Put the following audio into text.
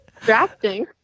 drafting